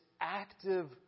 active